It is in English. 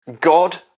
God